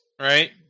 right